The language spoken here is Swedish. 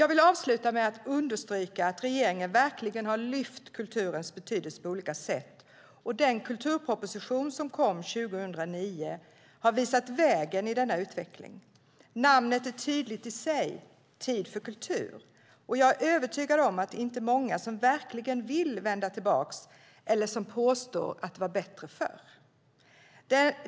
Jag vill avsluta med att understryka att regeringen verkligen har lyft kulturens betydelse på olika sätt. Den kulturproposition som kom 2009 har visat vägen i denna utveckling. Namnet är tydligt i sig: Tid för kultur . Jag är övertygad om att det inte är många som vill vända tillbaka eller som påstår att det var bättre förr.